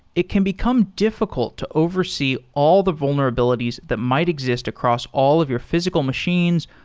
it can become difficult to oversee all the vulnerabilities that might exist across all of your physical machines,